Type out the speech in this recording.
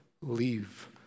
leave